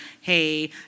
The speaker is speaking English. Hey